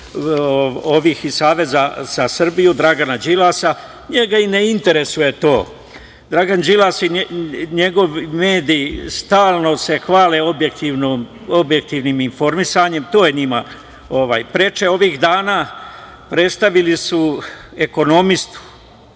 ovih iz Saveza za Srbiju, Dragana Đilasa. Njega i ne interesuje to. Dragan Đilas i njegovi mediji stalno se hvale objektivnim informisanjem. To je njima preče. Ovih dana prestavili su ekonomistu